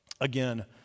Again